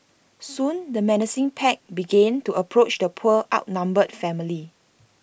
soon the menacing pack began to approach the poor outnumbered family